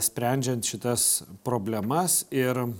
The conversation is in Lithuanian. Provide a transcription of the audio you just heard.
sprendžiant šitas problemas ir